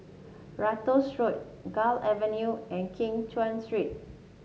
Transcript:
Ratus Road Gul Avenue and Keng Cheow Street